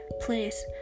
Please